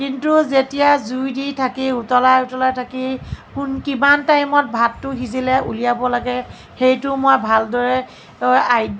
কিন্তু যেতিয়া জুই দি থাকি উতলাই উতলাই থাকি কোন কিমান টাইমত ভাতটো সিজিলে উলিয়াব লাগে সেইটো মই ভালদৰে